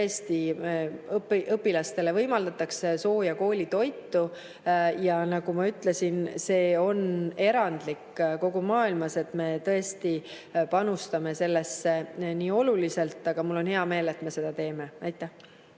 õpilastele võimaldatakse sooja koolitoitu. Nagu ma ütlesin, see on erandlik kogu maailmas, et me tõesti panustame sellesse nii oluliselt. Aga mul on hea meel, et me seda teeme. Nüüd